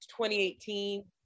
2018